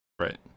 Right